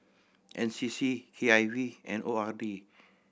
N C C K I V and O R D